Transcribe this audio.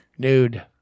Nude